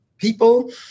people